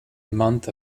month